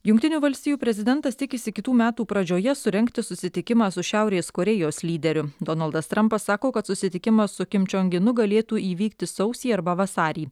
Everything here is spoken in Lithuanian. jungtinių valstijų prezidentas tikisi kitų metų pradžioje surengti susitikimą su šiaurės korėjos lyderiu donaldas trampas sako kad susitikimas kim čong inu galėtų įvykti sausį arba vasarį